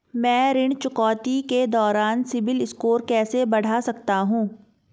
मैं ऋण चुकौती के दौरान सिबिल स्कोर कैसे बढ़ा सकता हूं?